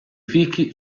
fichi